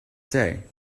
day